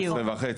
בדיוק.